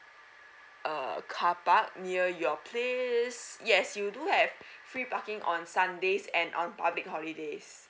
car park near your place yes you do have free parking on sundays and on public holidays